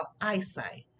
eyesight